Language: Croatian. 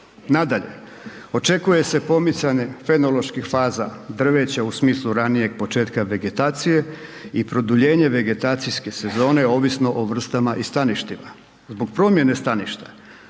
Nadalje, očekuje se pomicanje fenoloških faza drveća u smislu ranijeg početka vegetacije i produljenje vegetacijske sezone ovisno o vrstama i staništima. Zbog promjene staništa,